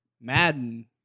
Madden